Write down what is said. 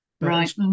Right